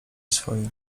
swoje